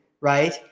right